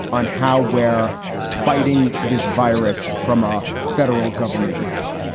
on how where fighting this virus from a federal government level?